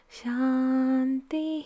shanti